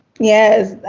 yes.